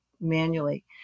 manually